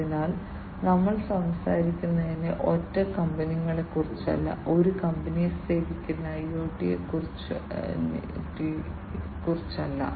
അതിനാൽ ഞങ്ങൾ സംസാരിക്കുന്നത് ഒറ്റ കമ്പനികളെക്കുറിച്ചല്ല ഒരു കമ്പനിയെ സേവിക്കുന്ന IoT നെക്കുറിച്ചല്ല